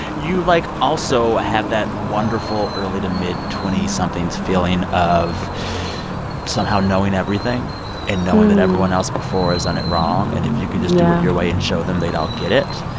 you, like, also have that wonderful early to mid twenty somethings feeling of somehow knowing everything and knowing that everyone else before has done it wrong. and if you could just. yeah. do it your way and show them, they'd all get it.